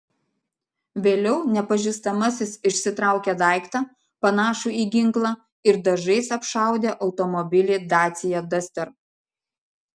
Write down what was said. vėliau nepažįstamasis išsitraukė daiktą panašų į ginklą ir dažais apšaudė automobilį dacia duster